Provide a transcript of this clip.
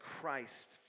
Christ